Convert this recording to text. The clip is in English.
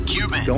Cuban